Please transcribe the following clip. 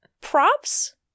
Props